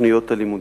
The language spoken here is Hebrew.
תוכניות הלימודים.